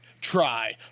Try